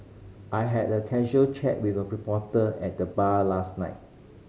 I had a casual chat with a reporter at the bar last night